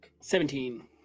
Seventeen